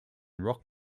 rock